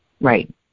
Right